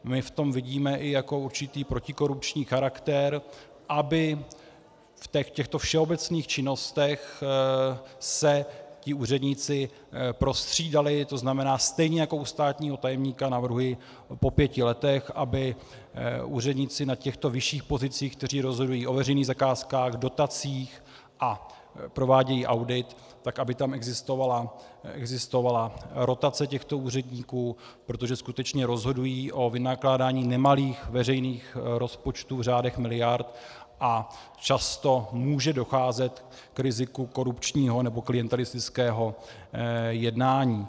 My v tom vidíme i určitý protikorupční charakter, aby v těchto všeobecných činnostech se tito úředníci prostřídali, to znamená stejně jako u státního tajemníka navrhuji, aby po pěti letech úředníci na těchto vyšších pozicích, kteří rozhodují o veřejných zakázkách, dotacích a provádějí audit, tak aby tam existovala rotace těchto úředníků, protože skutečně rozhodují o vynakládání nemalých veřejných rozpočtů v řádech miliard a často může docházet k riziku korupčního nebo klientelistického jednání.